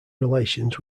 relations